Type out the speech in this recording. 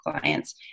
clients